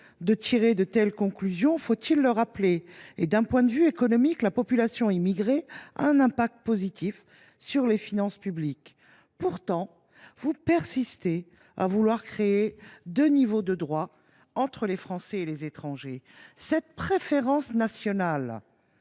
de tirer de telles conclusions ? D’un point de vue économique, la population immigrée a un effet positif sur les finances publiques. Pourtant, vous persistez à vouloir créer deux niveaux de droits entre les Français et les étrangers. Cette préférence nationale